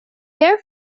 their